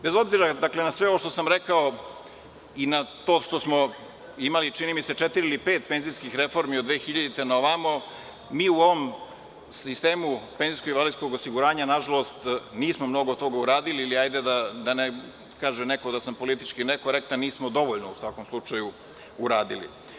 Bez obzira na sve ovo što sam rekao i na to što smo imali čini mi se četiri ili pet penzijski reformi od 2000. godine na ovamo, mi u ovom sistemu penzijsko-invalidskog osiguranja nažalost nismo mnogo toga uradili, ili hajde da ne kaže neko da sam politički nekorektan, nismo dovoljno uradili.